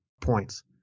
points